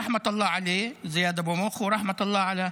רחמת-אללה עליה, זיאד אבו מוך, ורחמת-אללה עליה,